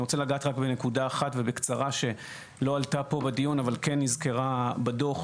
אני רוצה לגעת בקצרה בנקודה אחת שלא עלתה פה בדיון אבל כן נזכרה בדוח,